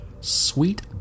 Sweet